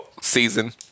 season